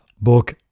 book